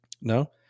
no